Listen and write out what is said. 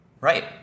right